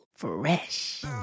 Fresh